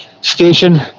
station